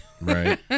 Right